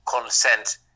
consent